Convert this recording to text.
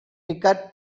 picard